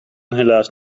helaas